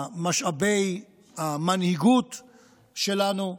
משאבי המנהיגות שלנו,